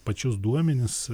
pačius duomenis